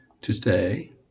Today